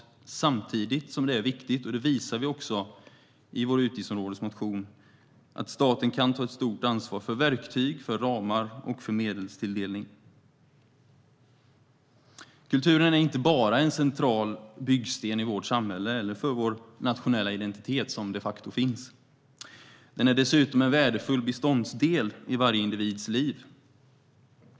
Samtidigt är det viktigt - det visar vi också i vår utgiftsområdesmotion - att staten kan ta ett stort ansvar för verktyg, ramar och medelstilldelning. Kulturen är inte bara en central byggsten i vårt samhälle eller för vår nationella identitet, som de facto finns. Den är dessutom en värdefull beståndsdel i varje individs liv.